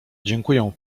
dziękuję